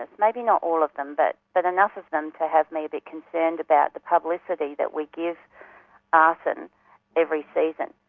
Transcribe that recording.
and maybe not all of them, but but enough of them to have me a bit concerned about the publicity that we give arson every season.